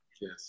yes